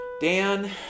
Dan